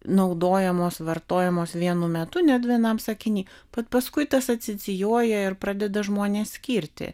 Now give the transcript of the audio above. naudojamos vartojamos vienu metu net vienam sakiny bet paskui tas atsisijuoja ir pradeda žmonės skirti